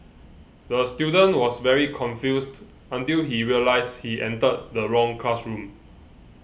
the student was very confused until he realised he entered the wrong classroom